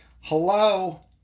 Hello